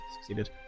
succeeded